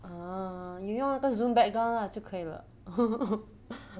ah 你用那个 Zoom background lah 就可以了